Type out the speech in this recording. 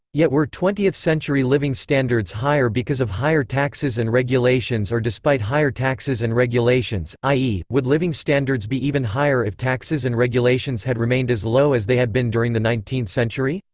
yet were twentieth-century living standards higher because of higher taxes and regulations or despite higher taxes and regulations, i e, would living standards be even higher if taxes and regulations had remained as low as they had been during the nineteenth century?